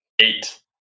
Eight